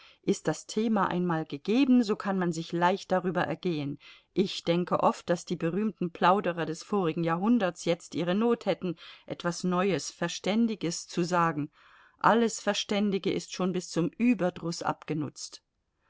ist das thema einmal gegeben so kann man sich leicht darüber ergehen ich denke oft daß die berühmten plauderer des vorigen jahrhunderts jetzt ihre not hätten etwas neues verständiges zu sagen alles verständige ist schon bis zum überdruß abgenutzt